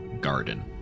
garden